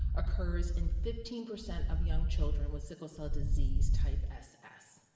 occurs in fifteen percent of young children with sickle cell disease type ss.